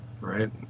Right